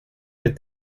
with